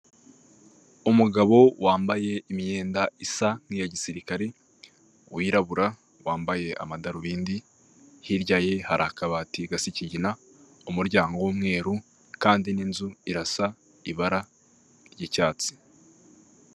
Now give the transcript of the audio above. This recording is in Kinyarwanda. Umugabo wambaye imyenda isa nk'iya gisirikare wirabura wambaye amadarubindi, hirya ye hari akabati gasa ikigina, umuryango w'umweru kandi n'inzu irasa ibara ry'icyatsi.